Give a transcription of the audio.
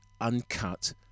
uncut